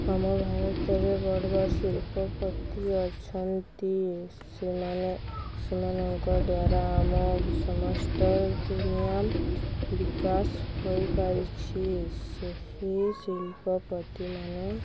ଆମ ଭାରତରେ ବଡ଼ ବଡ଼ ଶିଳ୍ପପତି ଅଛନ୍ତି ସେମାନେ ସେମାନଙ୍କ ଦ୍ୱାରା ଆମ ସମସ୍ତ ଦୁନିଆ ବିକାଶ ହୋଇପାରିଛି ସେହି ଶିଳ୍ପପତିମାନେ